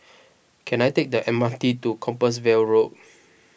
can I take the M R T to Compassvale Road